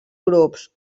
grups